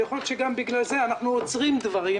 ויכול להיות שגם בגלל זה אנחנו עוצרים דברים.